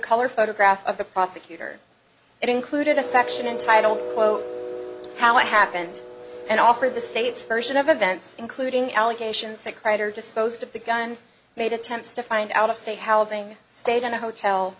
color photograph of the prosecutor it included a section entitled how it happened and offered the state's version of events including allegations that kreiter disposed of the gun made attempts to find out of state housing stayed in a hotel